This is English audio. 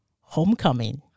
homecoming